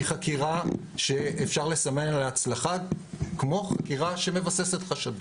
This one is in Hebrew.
היא חקירה שאפשר לסמן עליה הצלחה כמו חקירה שמבססת חשדות,